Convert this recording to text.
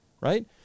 right